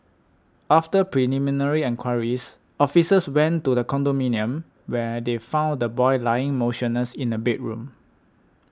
after preliminary enquiries officers went to the condominium where they found the boy lying motionless in a bedroom